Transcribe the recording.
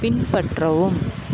பின்பற்றவும்